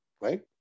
right